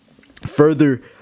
further